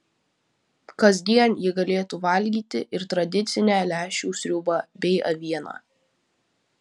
kasdien ji galėtų valgyti ir tradicinę lęšių sriubą bei avieną